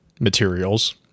materials